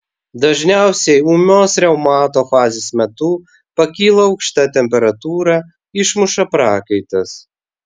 dažniausiai ūmios reumato fazės metu pakyla aukšta temperatūra išmuša prakaitas